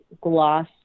gloss